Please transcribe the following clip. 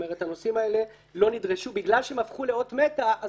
הנושאים האלו לא נדרשו בגלל שהם הפכו לאות מתה,